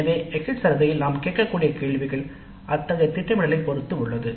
எனவே எக்ஸிட் சர்வேயில் நாம் கேட்க கூடிய கேள்விகள் அத்தகைய திட்டமிடலைப் பொறுத்து உள்ளது